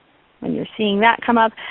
when you're seeing that come up.